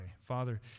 Father